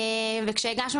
וכשהגענו